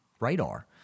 radar